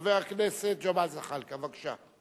חבר הכנסת ג'מאל זחאלקה, בבקשה.